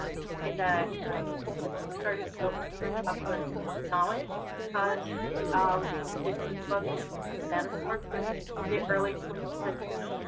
something that i think has started to go into popular knowledge, because um the green book is kind of a metaphor for the early twentieth century.